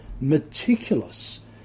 meticulous